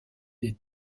des